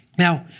now,